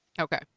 Okay